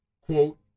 quote